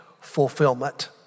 fulfillment